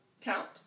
count